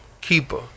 Keeper